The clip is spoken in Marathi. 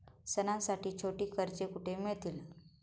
सणांसाठी छोटी कर्जे कुठे मिळतील?